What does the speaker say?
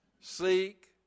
seek